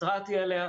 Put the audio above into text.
התרעתי עליה,